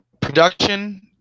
Production